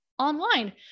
Online